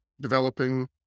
developing